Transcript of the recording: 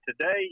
today